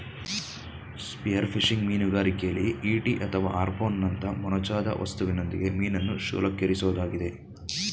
spearfishing ಮೀನುಗಾರಿಕೆಲಿ ಈಟಿ ಅಥವಾ ಹಾರ್ಪೂನ್ನಂತ ಮೊನಚಾದ ವಸ್ತುವಿನೊಂದಿಗೆ ಮೀನನ್ನು ಶೂಲಕ್ಕೇರಿಸೊದಾಗಿದೆ